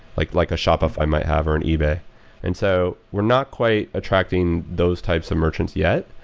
like like a shopify might have or an ebay and so we're not quite attracting those types of merchants yet,